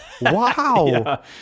wow